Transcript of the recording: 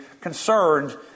concerned